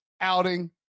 outing